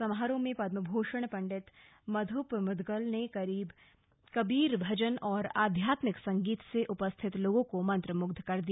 समारोह में पद्मभूषण पंडित मधुप मुदगल ने कबीर भजन और आध्यात्मिक संगीत से उपस्थित लोगों को मंत्रमुग्ध कर दिया